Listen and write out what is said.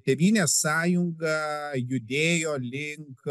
tėvynės sąjunga judėjo link